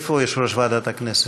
איפה יושב-ראש ועדת הכנסת?